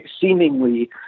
seemingly